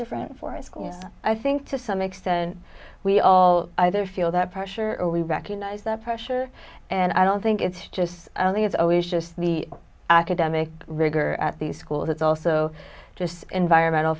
different for a school i think to some extent we all either feel that pressure or we recognize that pressure and i don't think it's just i don't think it's always just the academic rigor at the school it's also just environmental